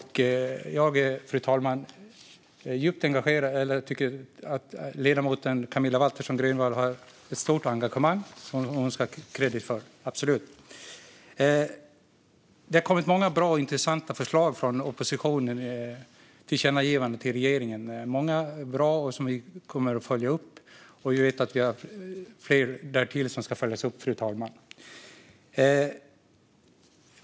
Jag vet att ledamoten Camilla Waltersson Grönvall har ett stort engagemang, och det ska hon absolut ha kredit för. Det har kommit många bra och intressanta förslag från oppositionen om tillkännagivanden till regeringen. Många är bra, och det är sådant som vi kommer att följa upp. Jag vet också, fru talman, att det finns mer därtill som ska följas upp.